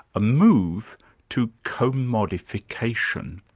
a move to commodification.